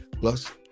plus